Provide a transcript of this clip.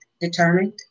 determined